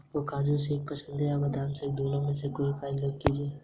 Paytm UPI ID कैसे change करें?